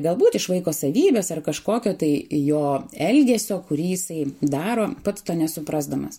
galbūt iš vaiko savybės ar kažkokio tai jo elgesio kurį jisai daro pats to nesuprasdamas